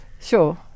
Sure